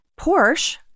Porsche